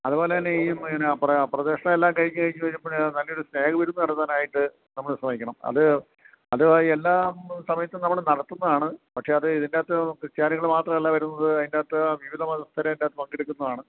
അതുപോലെതന്നെ ഈ എന്നാ പ്രദക്ഷിണമെല്ലാം കഴിഞ്ഞുവരുമ്പോള് നല്ലൊരു സ്നേഹ വിരുന്നു നടത്താനായിട്ട് നമ്മള് ശ്രമിക്കണം അത് അത് എല്ലാ സമയത്തും നമ്മള് നടത്തുന്നതാണ് പക്ഷെ അത് ഇതിന്റെയകത്ത് ക്രിസ്ത്യാനികള് മാത്രമല്ല വരുന്നത് അതിന്റെയകത്ത് വിവിധ മതസ്ഥര് അതിന്റെയകത്തു പങ്കെടുക്കുന്നതാണ്